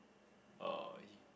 uh